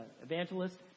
evangelist